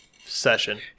session